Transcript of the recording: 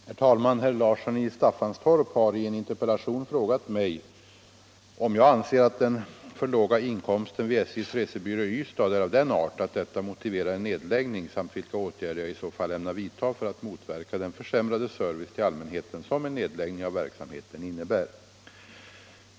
Herr talman! Herr Larsson i Staffanstorp har i en interpellation frågat mig, om jag anser att den för låga inkomsten vid SJ resebyrå i Ystad är av den art att detta motiverar en nedläggning samt vilka åtgärder jag i så fall ämnar vidta för att motverka den försämrade service till allmänheten som en nedläggning av verksamheten innebär.